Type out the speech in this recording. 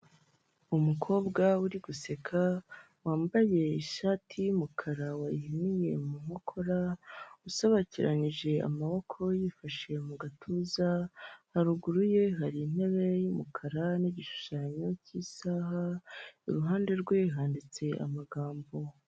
Umukobwa uri guseka wambaye ishati y'umukara wayihiniye mu nkokora usobekiranije amaboko yifashisha mu gatuza, haruguru ye hari intebe y'umukara n'igishushanyo cy'isaha, iruhande rwe handitse amagambo.